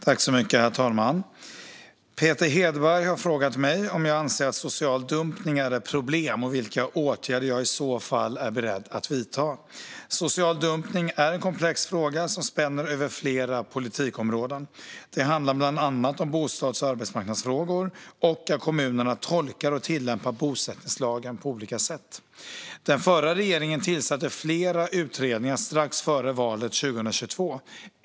Herr talman! Peter Hedberg har frågat mig om jag anser att social dumpning är ett problem och vilka åtgärder jag i så fall är beredd att vidta. Social dumpning är en komplex fråga som spänner över flera politikområden. Det handlar bland annat om bostads och arbetsmarknadsfrågor och att kommunerna tolkar och tillämpar bosättningslagen på olika sätt. Den förra regeringen tillsatte flera utredningar strax före valet 2022.